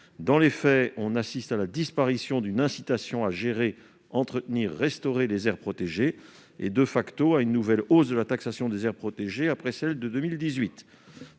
Dans les faits, on assiste à la disparition d'une incitation à gérer, entretenir et restaurer les aires protégées et à une nouvelle hausse de la taxation des aires protégées, après celle de 2018.